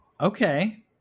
okay